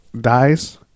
dies